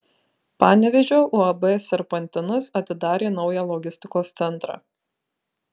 panevėžio uab serpantinas atidarė naują logistikos centrą